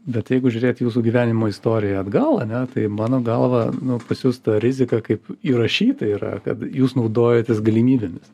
bet jeigu žiūrėt jūsų gyvenimo istoriją atgal ane tai mano galva nu pas jus ta rizika kaip įrašyta yra kad jūs naudojatės galimybėmis